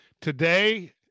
Today